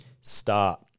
start